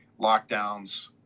Lockdowns